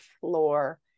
floor